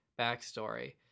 backstory